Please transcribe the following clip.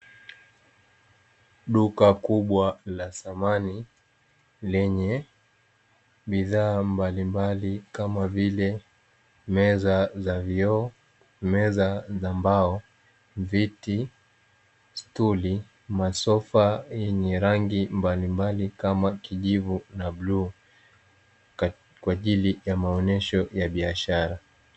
Duka kubwa la samani lenye bidhaa mbalimbali kama vile: meza za vioo, meza za mbao, viti, sturi, masofa yenye rangi mbalimbali kama; kijivu na bluu, kwa ajili ya maonyesho ya biashara.